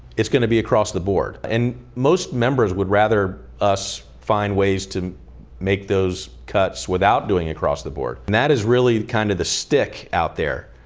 it's going to be across the board. and most members would rather us find ways to make those cuts without doing across the board. that is really kind of the stick out there,